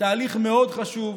תהליך מאוד חשוב,